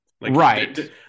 Right